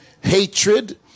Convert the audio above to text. hatred